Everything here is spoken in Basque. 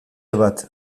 bat